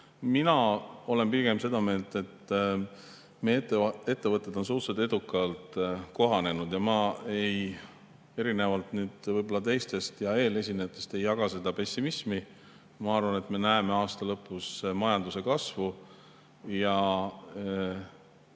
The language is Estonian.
Mina olen pigem seda meelt, et meie ettevõtted on suhteliselt edukalt kohanenud ja ma erinevalt teistest ja eelesinejatest ei jaga seda pessimismi. Ma arvan, et me näeme aasta lõpus majanduse kasvu.